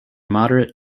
moderate